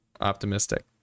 optimistic